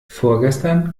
vorgestern